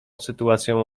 sytuacją